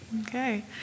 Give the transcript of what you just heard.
Okay